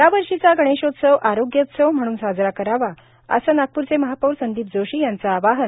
या वर्षीचा गणेशोत्सव आरोग्योत्सव म्हणून साजरा करावा असे नागप्रचे महापौर संदीप जोशी यांचं आवाहन